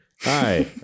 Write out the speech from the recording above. hi